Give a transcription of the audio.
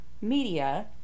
media